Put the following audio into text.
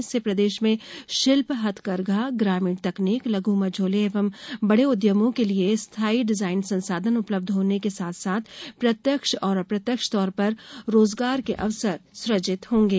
इससे प्रदेश में शिल्प हथकरघा ग्रामीण तकनीक लघ मझोले एवं बड़े उद्यमों के लिये स्थाई डिजाइन संसाधन उपलब्ध होने के साथ साथ प्रत्यक्ष और अप्रत्यक्ष तौर पर रोजगार के अवसर सुजित होंगे